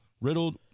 riddled